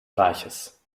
reiches